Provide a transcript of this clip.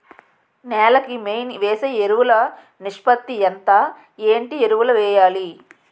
నేల కి మెయిన్ వేసే ఎరువులు నిష్పత్తి ఎంత? ఏంటి ఎరువుల వేయాలి?